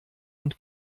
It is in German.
und